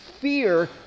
fear